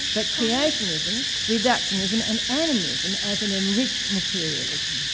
but creationism, reductionism and animism as an enriched materialism.